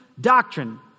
doctrine